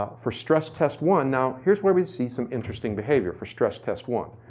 um for stress test one, now here's where we see some interesting behavior for stress test one.